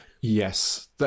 Yes